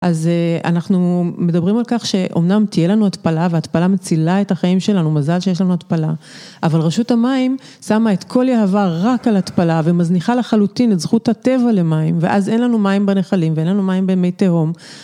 אז אנחנו מדברים על כך שאומנם תהיה לנו התפלה והתפלה מצילה את החיים שלנו, מזל שיש לנו התפלה, אבל רשות המים שמה את כל יהבה רק על התפלה ומזניחה לחלוטין את זכות הטבע למים ואז אין לנו מים בנחלים ואין לנו מים במי תהום.